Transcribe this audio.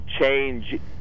change